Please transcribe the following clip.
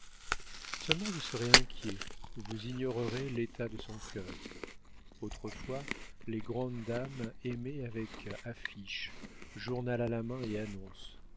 seulement vous serez inquiet vous ignorerez l'état de son cœur autrefois les grandes dames aimaient avec affiches journal à la main et annonces